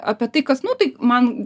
apie tai kas nu tai man